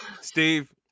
Steve